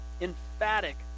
emphatic